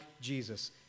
Jesus